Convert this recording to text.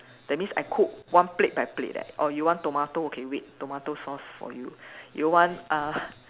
that means I cook one plate by plate leh oh you want tomato okay wait tomato sauce for you you want uh